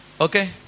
Okay